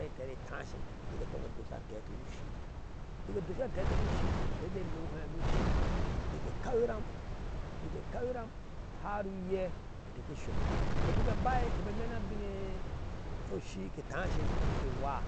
Kare ter ke tanke nike tongye dosha antete nu ushi, bike dosha antete nu ushi ke jeeh lai ohai nu ushi nike kau iram, nike kau iram har uyeeh inteeke sok, intɛɛ ke bayir ke ba nene abinnoshi ke tashe nike waah